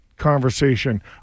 conversation